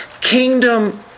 kingdom